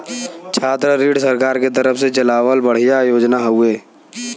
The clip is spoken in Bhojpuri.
छात्र ऋण सरकार के तरफ से चलावल बढ़िया योजना हौवे